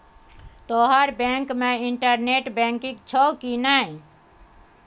तोहर बैंक मे internet banking छौ कि नै